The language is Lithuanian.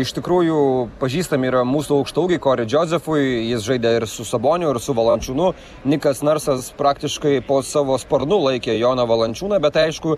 iš tikrųjų pažįstami yra mūsų aukštaūgiai kori džozefui jis žaidė ir su saboniu ir su valančiūnu nikas narsas praktiškai po savo sparnu laikė joną valančiūną bet aišku